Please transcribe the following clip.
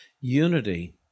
Unity